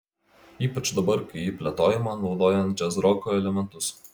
ypač dabar kai ji plėtojama naudojant džiazroko elementus